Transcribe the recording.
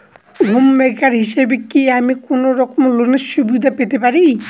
Home maker হিসেবে কি আমি কোনো রকম লোনের সুবিধা পেতে পারি?